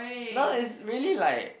no is really like